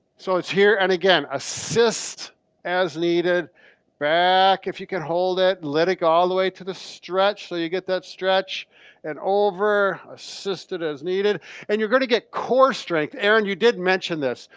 so it's here and again, assist as needed back. if you can hold it let it all the way to the stretch. so you get that stretch and over assisted as needed and you're gonna get core strength. aaron, you did mention this.